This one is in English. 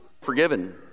forgiven